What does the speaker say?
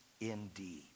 indeed